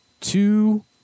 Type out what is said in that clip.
two